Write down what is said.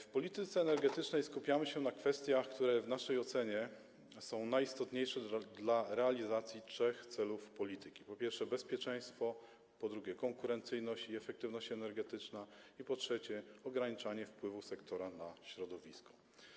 W polityce energetycznej skupiamy się na kwestiach, które w naszej ocenie są najistotniejsze dla realizacji trzech celów polityki: po pierwsze, bezpieczeństwo, po drugie, konkurencyjność i efektywność energetyczna i, po trzecie, ograniczanie wpływu sektora na środowisko.